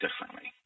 differently